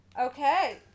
Okay